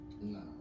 No